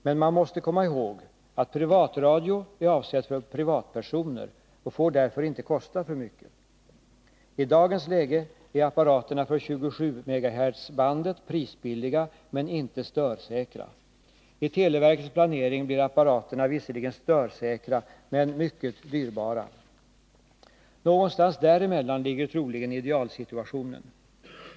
Men man måste komma ihåg att privatradio är avsedd för privatpersoner och därför inte får kosta för mycket. I dagens läge är apparaterna för 27-MHz-bandet prisbilliga men inte störsäkra. I televerkets planering blir apparaterna visserligen störsäkra men mycket dyrbara. Någonstans däremellan ligger troligen idealsituationen.